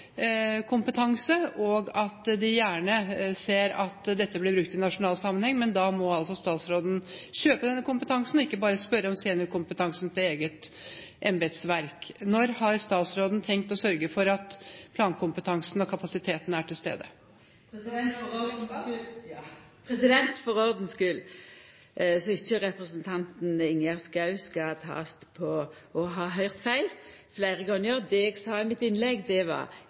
kompetanse, og at de gjerne ser at dette blir brukt i nasjonal sammenheng. Men da må altså statsråden kjøpe denne kompetansen og ikke bare spørre om seniorkompetansen til eget embetsverk. Når har statsråden tenkt å sørge for at plankompetansen og kapasiteten er til stede? For ordens skuld, slik at representanten Ingjerd Schou ikkje skal takast for å ha høyrt feil fleire gonger: Det eg sa i innlegget mitt,